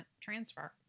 transfer